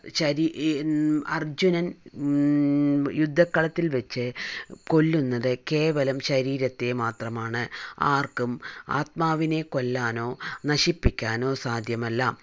ശരി അർജുനൻ യുദ്ധക്കളത്തിൽ വച്ചു കൊല്ലുന്നത് കേവലം ശരീരത്തെ മാത്രം ആണ് ആർക്കും ആത്മാവിനെ കൊല്ലാനോ നശിപ്പിക്കാനോ സാധ്യമല്ല